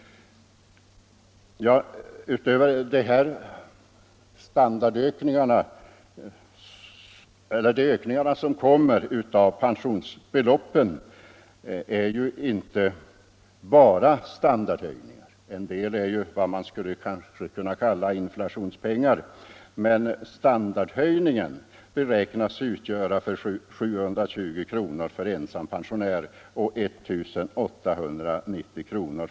Men herr Olsson menar att reformen skall träda i kraft tidigare än vad utskottet anser. De kommande ökningarna av pensionsbeloppet är inte bara standard höjningar. En del är vad man skulle kunna kalla inflationspengar, men standardhöjningen beräknas utgöra 720 kr. för ensam pensionär och 1 890 kr.